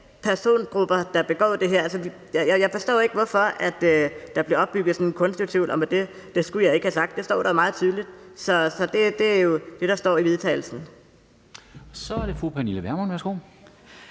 persongrupper, der begår det her. Jeg forstår ikke, hvorfor der bliver opbygget sådan en kunstig tvivl om, at det skulle jeg ikke have sagt. Det står der meget tydeligt. Så det er jo det, der står i forslaget til vedtagelse.